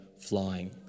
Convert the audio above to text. flying